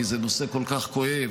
כי זה נושא כל כך כואב,